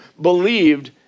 believed